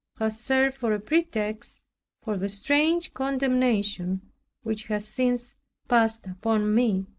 has served for a pretext for the strange condemnation which has since passed upon me.